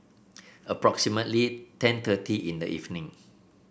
approximately ten thirty in the evening